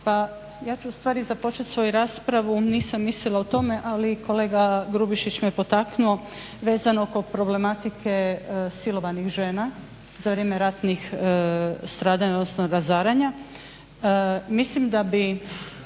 Pa ja ću ustvari započet svoju raspravu, nisam mislila o tome ali kolega Grubišić me potaknuo, vezano oko problematike silovanih žena za vrijeme ratnih stradanja, odnosno razaranja. Mislim da bi